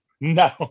No